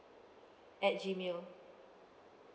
at gmail